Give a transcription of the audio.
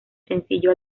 sencillo